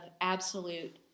absolute